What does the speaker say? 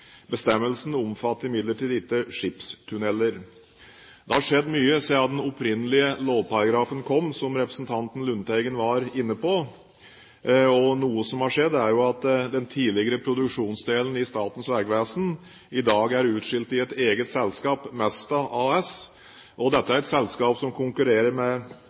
Bestemmelsen omfatter imidlertid ikke skipstunneler. Det har skjedd mye siden den opprinnelige lovparagrafen kom, som representanten Lundteigen var inne på. Noe som har skjedd, er at den tidligere produksjonsdelen i Statens vegvesen i dag er utskilt i et eget selskap, Mesta AS. Dette er et selskap som konkurrerer med